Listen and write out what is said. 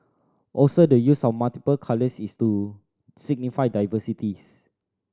also the use of multiple colours is to signify diversities